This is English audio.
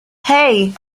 hey